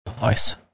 Nice